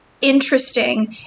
interesting